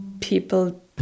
people